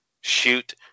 shoot